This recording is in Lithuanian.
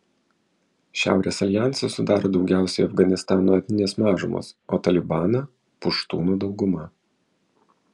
šiaurės aljansą sudaro daugiausiai afganistano etninės mažumos o talibaną puštūnų dauguma